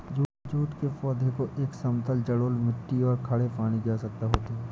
jute के पौधे को एक समतल जलोढ़ मिट्टी और खड़े पानी की आवश्यकता होती है